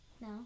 No